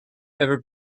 ever